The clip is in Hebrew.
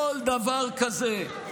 כל דבר כזה,